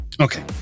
Okay